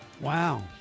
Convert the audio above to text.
Wow